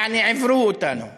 עיוורו אותנו לגביה.)